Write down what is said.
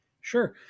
sure